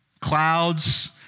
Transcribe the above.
clouds